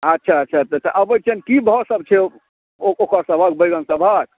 अच्छा अच्छा तऽ अबै छिअनि कि भावसब छै ओ ओ ओकरसबके बैगनसबके